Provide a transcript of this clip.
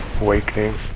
awakening